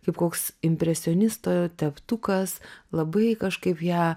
kaip koks impresionisto teptukas labai kažkaip ją